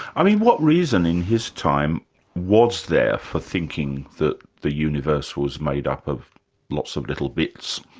i mean, what reason in his time was there for thinking that the universe was made up of lots of little bits?